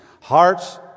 Hearts